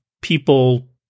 people